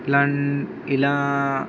ఇలా ఇలా